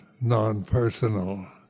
non-personal